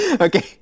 okay